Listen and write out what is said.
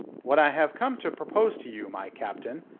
what i have come to propose to you, my captain,